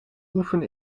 oefen